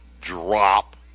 drop